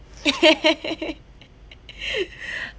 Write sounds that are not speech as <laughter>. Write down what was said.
<laughs> <breath>